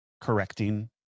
correcting